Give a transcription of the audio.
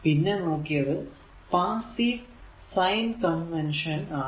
പിന്നെ നോക്കിയത് passive sign convention ആണ്